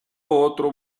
otro